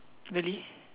really